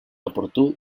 oportú